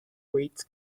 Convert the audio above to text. weights